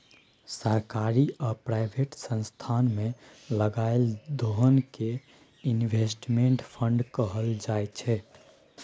सरकारी आ प्राइवेट संस्थान मे लगाएल धोन कें इनवेस्टमेंट फंड कहल जाय छइ